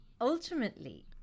ultimately